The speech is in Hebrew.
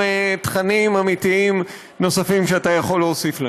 תכנים אמיתיים שאתה יכול להוסיף לנו.